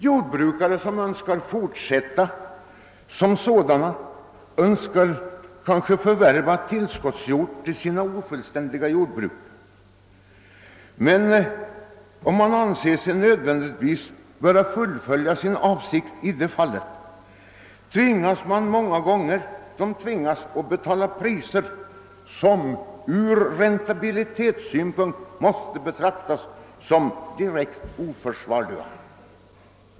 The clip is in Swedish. Jordbrukare som önskar förvärva tillskottsjord till sina ofullständiga jordbruk tvingas betala priser, som ur räntabilitetssynpunkt måste sägas vara direkt oförsvarliga.